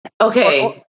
Okay